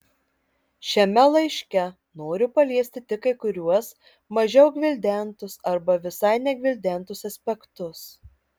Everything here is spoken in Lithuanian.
šiame laiške noriu paliesti tik kai kuriuos mažiau gvildentus arba visai negvildentus aspektus